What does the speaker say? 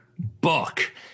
book